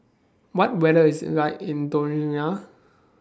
What weather IS The like in Dominica